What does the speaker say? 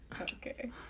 Okay